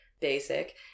basic